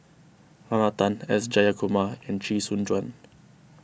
Lorna Tan S Jayakumar and Chee Soon Juan